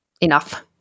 enough